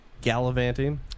gallivanting